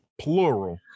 plural